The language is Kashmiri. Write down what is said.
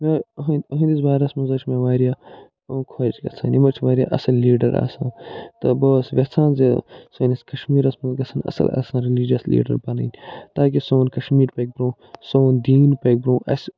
إہنٛد إہنٛدِس بارس منٛز حظ چھُ مےٚ وارِیاہ خۄش گَژھان یِم حظ چھِ واریاہ اَصٕل لیٖڈر آسان تہٕ بہٕ اوس ٮ۪ژھان زِ سٲنِس کشمیٖرس منٛز گَژھن اَصٕل آسان ریٚلِجس لیٖڈر بنٕنۍ تاکہِ سون کشمیٖر پَکہِ برٛونٛہہ سون دیٖن پَکہِ برٛوںٛہہ اَسہِ